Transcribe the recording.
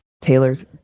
Taylor's